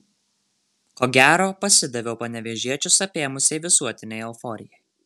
ko gero pasidaviau panevėžiečius apėmusiai visuotinei euforijai